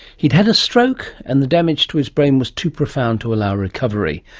he had a stroke and the damage to his brain was too profound to allow recovery.